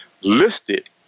listed